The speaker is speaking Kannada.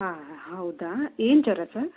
ಹಾಂ ಹಾಂ ಹೌದಾ ಏನು ಜ್ವರ ಸರ್